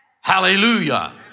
Hallelujah